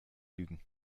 lügen